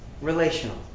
Relational